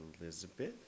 Elizabeth